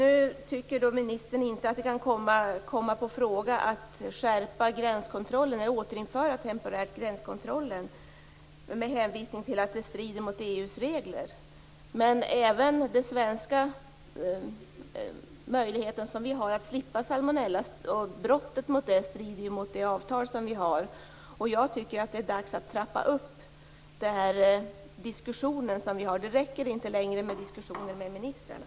Ministern tycker inte att det kan komma på fråga att temporärt återinföra gränskontrollen med hänvisning till att det strider mot EU:s regler. Men det strider mot det avtal vi har att bryta löftet att Sverige skulle slippa salmonella. Jag tycker att det är dags att trappa upp den diskussion som förs. Det räcker inte längre med diskussionen mellan ministrarna.